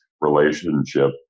relationship